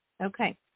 Okay